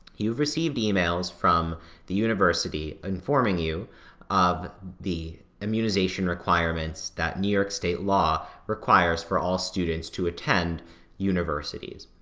you've received emails from the university informing you of the immunization requirements that new york state law requires for all students to attend universities.